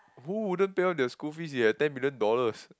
who wouldn't pay off their school fees if you had ten million dollars